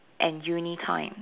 and uni time